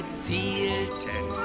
zielten